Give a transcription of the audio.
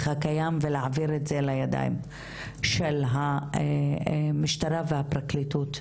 הקיים ולהעביר את זה לידי המשטרה והפרקליטות.